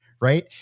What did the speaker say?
Right